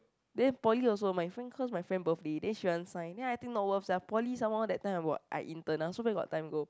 then poly also my friend cause my friend birthday then she want to sign then I think not worth sia poly some more that time I were I intern so where got time go